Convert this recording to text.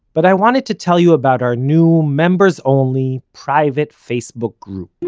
but i wanted to tell you about our new members only, private facebook group.